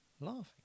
Laughing